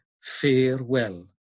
farewell